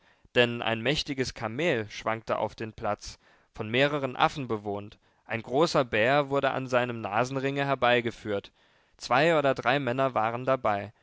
denn ein mächtiges kamel schwankte auf den platz von mehreren affen bewohnt ein großer bär wurde an seinem nasenringe herbeigeführt zwei oder drei männer waren dabei